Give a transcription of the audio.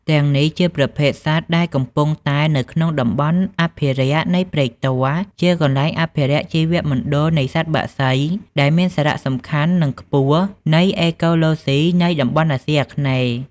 ទាំងនេះជាប្រភេទសត្វដែលកំពុងតែនៅក្នុងតំបន់អភិរក្សនៃព្រែកទាល់ជាកន្លែងអភិរក្សជីវមណ្ឌលនៃសត្វបក្សីដែលមានសារៈសំខាន់និងខ្ពស់នៃអេកូឡូសុីនៃតំបន់អាសុីអាគ្នេយ៍។